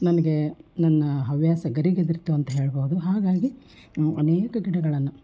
ನನಗೆ ನನ್ನ ಹವ್ಯಾಸ ಗರಿಗೆದರ್ತು ಅಂತ ಹೇಳ್ಬೋದು ಹಾಗಾಗಿ ನಾನು ಅನೇಕ ಗಿಡಗಳನ್ನು